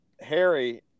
Harry